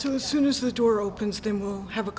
as soon as the door opens them will have a